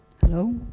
Hello